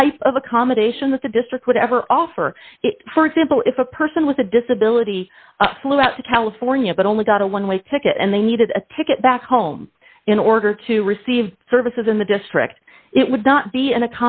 type of accommodation that the district would ever offer for example if a person with a disability flew out to california but only got a one way ticket and they needed a ticket back home in order to receive services in the district it would not be an